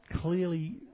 clearly